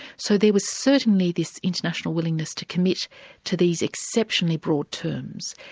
so there was certainly this international willingness to commit to these exceptionally broad terms,